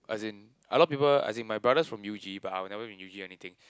as in a lot people as in my brother is from U_G but I will never in U_G anything